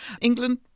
England